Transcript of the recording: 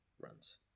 runs